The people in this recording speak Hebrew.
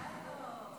מזל טוב.